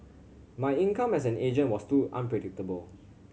my income as an agent was too unpredictable